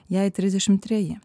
jai trisdešimt treji